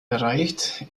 erreicht